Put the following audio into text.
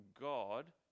god